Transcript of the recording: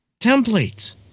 Templates